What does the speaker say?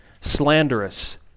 slanderous